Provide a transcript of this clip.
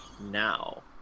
now